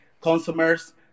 consumers